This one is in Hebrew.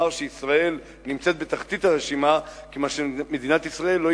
אמר שישראל נמצאת בתחתית הרשימה כיוון שמדינת ישראל לא